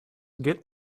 git